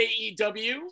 aew